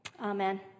Amen